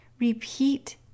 repeat